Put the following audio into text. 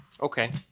Okay